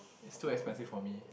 is too expensive for me